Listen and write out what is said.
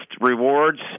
rewards